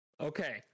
okay